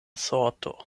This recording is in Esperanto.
sorto